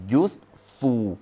useful